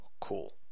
cool